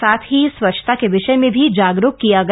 साथ ही स्वच्छता के विषय में भी जागरूक किया गया